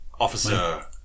Officer